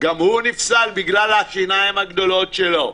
גם הוא נפסל בגלל השיניים הגדולות שלו.